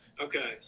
Okay